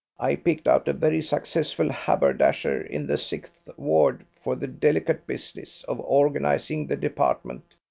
i picked out a very successful haberdasher in the sixth ward for the delicate business of organising the department,